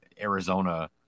Arizona